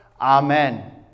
Amen